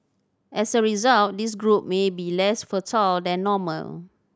as a result this group may be less fertile than normal